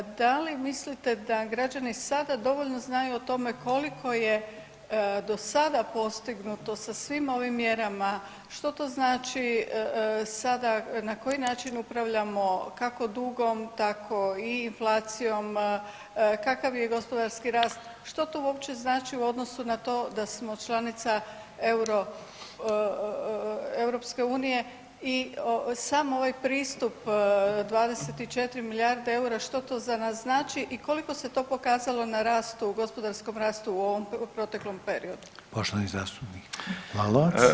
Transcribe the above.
Da li mislite da građani sada dovoljno znaju o tome koliko je do sada postignuto sa svim ovim mjerama, što to znači sada, na koji način upravljamo, kako dugom, tako i inflacijom, kakav je gospodarski rast, što to uopće znači u odnosu na to da smo članica euro, EU, i sam ovaj pristup 24 milijarde eura, što to za nas znači i koliko se to pokazalo na rastu, gospodarskom rastu u ovom proteklom periodu?